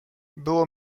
było